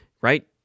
right